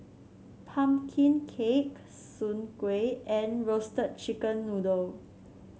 pumpkin cake Soon Kueh and Roasted Chicken Noodle